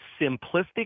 simplistic